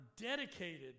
dedicated